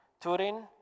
Turin